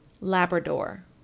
labrador